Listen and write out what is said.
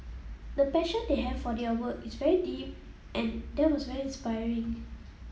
the passion they have for their work is very deep and that was very inspiring